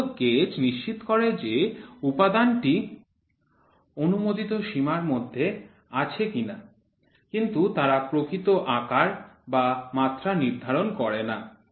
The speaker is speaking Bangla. সীমান্ত গেজ নিশ্চিত করে যে উপাদানটি অনুমোদিত সীমার মধ্যে আছে কিনা কিন্তু তারা প্রকৃত আকার বা মাত্রা নির্ধারণ করে না